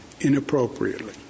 inappropriately